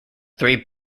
three